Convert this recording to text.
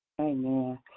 Amen